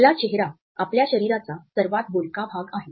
आपला चेहरा आपल्या शरीराचा सर्वात बोलका भाग आहे